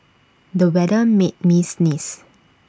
the weather made me sneeze